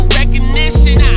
recognition